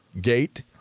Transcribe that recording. gate